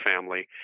family